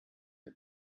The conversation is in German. der